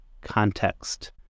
context